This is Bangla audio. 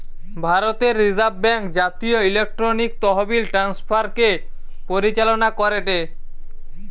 ভারতের রিজার্ভ ব্যাঙ্ক জাতীয় ইলেকট্রনিক তহবিল ট্রান্সফার কে পরিচালনা করেটে